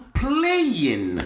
playing